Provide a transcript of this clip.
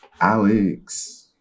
Alex